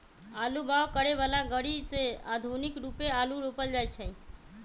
आलू बाओ करय बला ग़रि से आधुनिक रुपे आलू रोपल जाइ छै